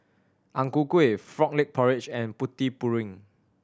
Ang Ku Kueh Frog Leg Soup and Putu Piring